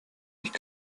nicht